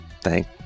thank